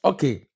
Okay